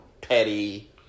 petty